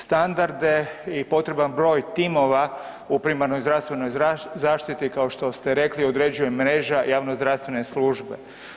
Standarde i potreban broj timova u primarnoj zdravstvenoj zaštiti kao što ste rekli određuje mreža javno zdravstvene službe.